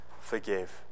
forgive